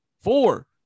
four